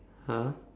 !huh!